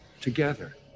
together